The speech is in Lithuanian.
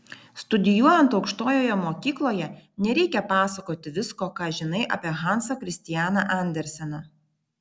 studijuojant aukštojoje mokykloje nereikia pasakoti visko ką žinai apie hansą kristianą anderseną